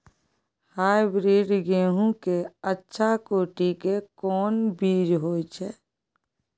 Hybrid गेहूं के अच्छा कोटि के कोन बीज होय छै?